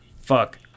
fuck